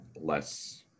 less